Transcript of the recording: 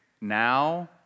now